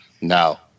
No